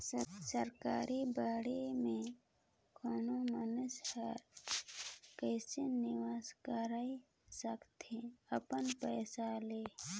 सरकारी बांड में कोनो मइनसे हर कइसे निवेश कइर सकथे अपन पइसा ल